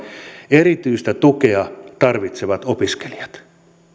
erityistä tukea tarvitsevat opiskelijat